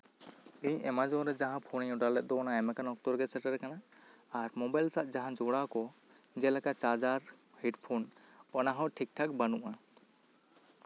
ᱤᱧ ᱮᱢᱟᱡᱚᱱ ᱨᱮ ᱡᱟᱦᱟᱸ ᱯᱷᱳᱱ ᱤᱧ ᱚᱰᱟᱨ ᱞᱮᱫ ᱫᱚ ᱚᱱᱟ ᱮᱢ ᱟᱠᱟᱱ ᱚᱠᱛᱚ ᱨᱮᱜᱮ ᱥᱮᱴᱮᱨ ᱟᱠᱟᱱᱟ ᱟᱨ ᱢᱳᱵᱟᱭᱤᱞ ᱥᱟᱶ ᱡᱟᱦᱟᱸ ᱡᱚᱲᱟᱣ ᱠᱚ ᱡᱮᱞᱮᱠᱟ ᱪᱟᱨᱡᱟᱨ ᱦᱮᱰᱯᱷᱳᱱ ᱚᱱᱟ ᱦᱚᱸ ᱴᱷᱤᱠ ᱴᱷᱟᱠ ᱵᱟᱹᱱᱩᱜᱼᱟ